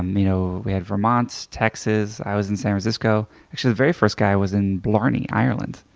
um you know we had vermont, texas, i was in san francisco. actually, the very first guy was in blarney, ireland,